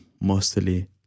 mostly